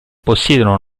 possiedono